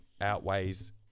outweighs